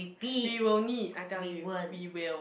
we will need I tell you we will